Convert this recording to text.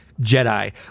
Jedi